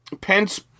Pence